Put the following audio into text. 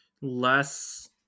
less